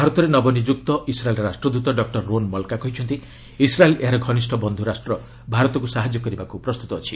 ଭାରତରେ ନବନିଯୁକ୍ତି ଇସ୍ରାଏଲ୍ ରାଷ୍ଟ୍ରଦୃତ ଡକ୍ଟର ରୋନ୍ ମଲକା କହିଛନ୍ତି ଇସ୍ରାଏଲ୍ ଏହାର ଘନିଷ୍ଠ ବନ୍ଧ୍ର ରାଷ୍ଟ୍ର ଭାରତକୁ ସାହାଯ୍ୟ କରିବାକୁ ପ୍ରସ୍ତୁତ ଅଛି